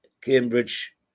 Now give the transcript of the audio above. Cambridge